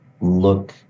look